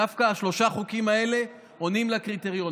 דווקא שלושת החוקים האלה עונים לקריטריון.